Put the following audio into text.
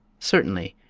certainly.